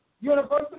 University